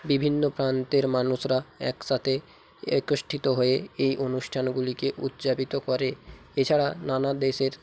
বিভিন্ন প্রান্তের মানুষরা একসাথে একত্রিত হয়ে এই অনুষ্ঠানগুলিকে উদযাপিত করে এছাড়া নানা দেশের